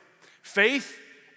Faith